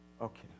Okay